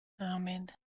Amen